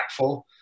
impactful